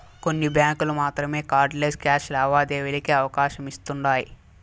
కొన్ని బ్యాంకులు మాత్రమే కార్డ్ లెస్ క్యాష్ లావాదేవీలకి అవకాశమిస్తుండాయ్